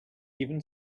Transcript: even